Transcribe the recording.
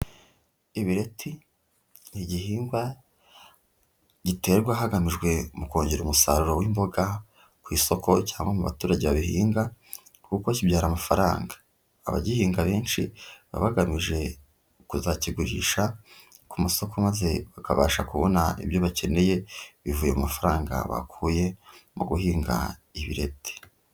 Ibireti ni igihingwa giterwa hagamijwe mu kongera umusaruro w'imboga ku isoko cyangwa mu baturage babihinga kuko kibyara amafaranga, abagihinga benshi baba bagamije kuzakigurisha ku masoko maze bakabasha kubona ibyo bakeneye, bivuye mu mafaranga bakuye mu guhinga ibireti.